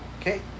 Okay